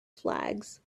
flags